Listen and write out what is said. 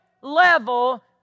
level